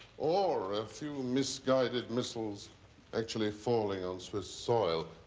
or a few misguided missiles actually falling on swiss soil.